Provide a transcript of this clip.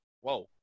whoa